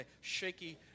shaky